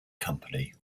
company